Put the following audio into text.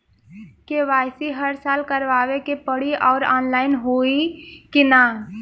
KYC हर साल करवावे के पड़ी और ऑनलाइन होई की ना?